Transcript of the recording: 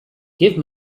give